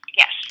yes